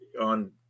on